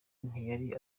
ntiyari